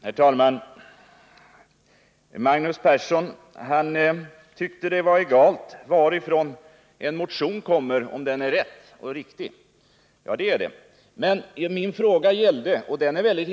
Herr talman! Magnus Persson tyckte att det var egalt varifrån en motion kommer, om den är riktig. Ja, det är det.